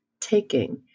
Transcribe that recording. taking